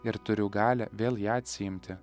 ir turiu galią vėl ją atsiimti